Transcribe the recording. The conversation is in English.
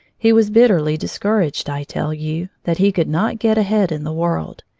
he was bitterly discouraged, i tell you, that he could not get ahead in the world.